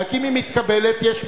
רק אם היא מתקבלת יש בעיה.